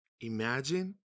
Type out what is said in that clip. Imagine